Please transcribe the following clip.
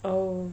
oh